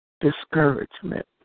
discouragement